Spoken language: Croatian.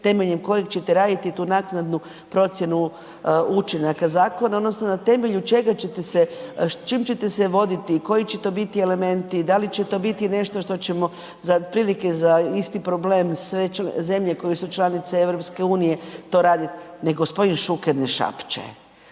temeljem kojeg ćete raditi tu naknadu procjenu učinaka zakona odnosno na temelju čega ćete se, s čim ćete se voditi, koji će to biti elementi, da li će to biti nešto što ćemo za, otprilike za isti problem sve zemlje koje su članice EU to raditi? Nek gospodin Šuker ne šapće.